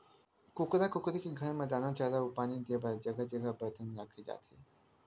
कुकरा कुकरी के घर म दाना, चारा अउ पानी दे बर जघा जघा बरतन राखे जाथे